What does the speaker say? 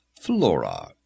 Flora